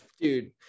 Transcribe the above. Dude